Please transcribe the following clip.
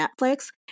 Netflix